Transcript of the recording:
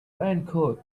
raincoat